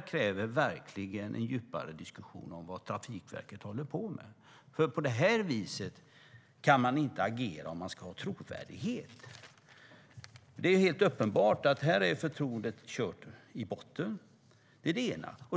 kräver verkligen en djupare diskussion om vad Trafikverket håller på med. Man kan inte agera på det här sättet om man ska vara trovärdiga. Det är helt uppenbart att förtroendet är kört i botten här. Det är den ena frågan.